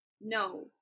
no